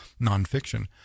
nonfiction